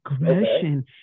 aggression